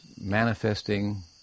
manifesting